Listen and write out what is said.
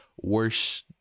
worse